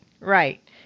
Right